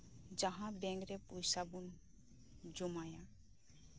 ᱡᱟᱸᱦᱟ ᱵᱮᱝᱠ ᱨᱮ ᱯᱚᱭᱥᱟᱵᱚᱱ ᱡᱚᱢᱟᱭᱟᱵᱚᱱ